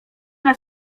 nad